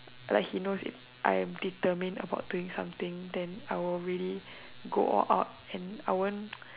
like he knows if I am determined about doing something then I will really go all out and I won't